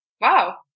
Wow